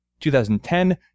2010